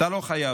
אתה לא חייב.